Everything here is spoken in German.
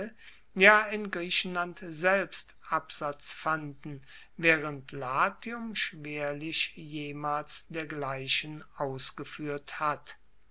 ja in griechenland selbst absatz fanden waehrend latium schwerlich jemals dergleichen ausgefuehrt hat